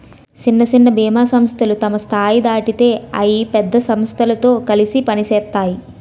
సిన్న సిన్న బీమా సంస్థలు తమ స్థాయి దాటితే అయి పెద్ద సమస్థలతో కలిసి పనిసేత్తాయి